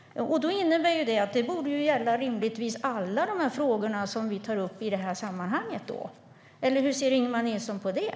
Det innebär ju att det rimligtvis borde gälla alla de frågor vi tar upp i detta sammanhang. Eller hur ser Ingemar Nilsson på det?